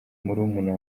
murumuna